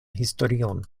historion